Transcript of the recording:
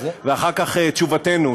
ואחר כך תשובתנו,